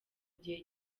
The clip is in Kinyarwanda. gihe